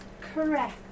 Correct